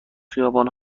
خیابان